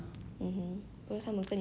okay